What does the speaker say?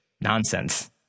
nonsense